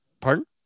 Pardon